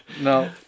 no